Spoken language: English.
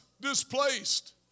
displaced